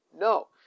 No